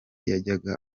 yajyaga